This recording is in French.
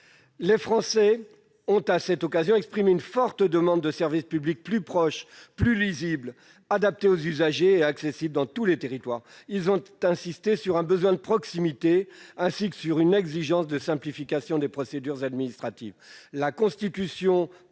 Les Français ont à cette occasion exprimé une forte demande de services publics plus proches, plus lisibles, adaptés aux usagers, et accessibles dans tous les territoires. Ils ont insisté sur un besoin de proximité ainsi que sur une exigence de simplification des procédures administratives. » La constitution